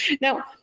Now